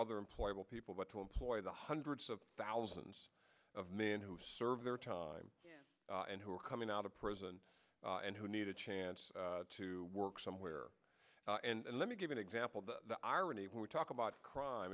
other employ all people but to employ the hundreds of thousands of men who serve their time and who are coming out of prison and who need a chance to work somewhere and let me give an example the irony when we talk about crime